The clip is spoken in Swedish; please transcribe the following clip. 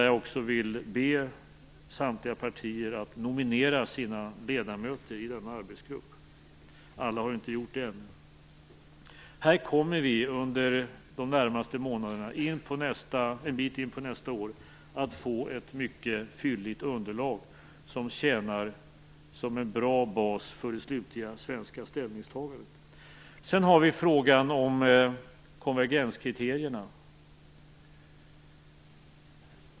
Jag vill be samtliga partier att nominera sina ledamöter i denna arbetsgrupp. Alla har inte gjort det ännu. Här kommer vi under de närmaste månaderna och en bit in på nästa år att få ett mycket fylligt underlag som tjänar som en bra bas för det slutliga svenska ställningstagandet. Sedan har vi frågan om konvergenskriterierna.